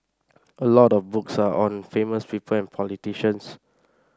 a lot of books are on famous people and politicians